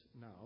now